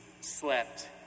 slept